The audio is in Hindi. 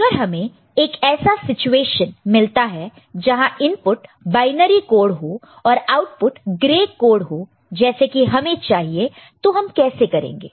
अगर हमें एक ऐसा सिचुएशन मिलता है जहां इनपुट बायनरी कोड हो और आउटपुट ग्रे कोड हो जैसे कि हमें चाहिए तो हम कैसे करेंगे